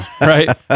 Right